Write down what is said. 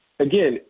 Again